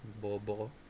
Bobo